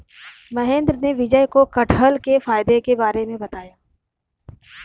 महेंद्र ने विजय को कठहल के फायदे के बारे में बताया